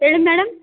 ಹೇಳಿ ಮೇಡಮ್